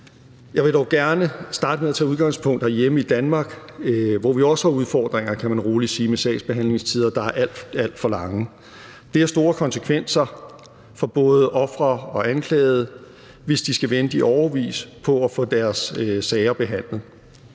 Jeg vil dog gerne starte med at tage udgangspunkt herhjemme i Danmark, hvor vi også har udfordringer, kan man roligt sige, med sagsbehandlingstider, der er alt, alt for lange. Det har store konsekvenser for både ofre og anklagede, hvis de skal vente i årevis på at få deres sager behandlet.